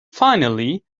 finally